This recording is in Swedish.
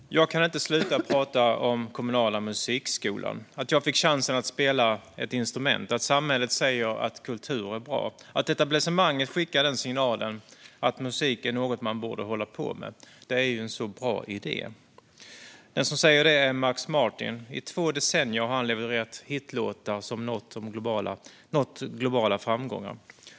Fru talman! "Jag kan inte sluta prata om kommunala musikskolan. Att jag fick chansen att spela ett instrument, att samhället säger att kultur är bra. Att etablissemangen skickar den signalen, att musik är något man borde hålla på med. Det är ju en så bra idé." Den som säger så är Max Martin. I två decennier har han levererat hitlåtar som har nått globala framgångar.